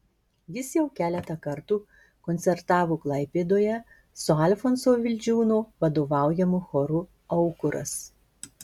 jis jau keletą kartų koncertavo klaipėdoje su alfonso vildžiūno vadovaujamu choru aukuras